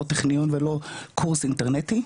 לא טכניון ולא קורס אינטרנטי,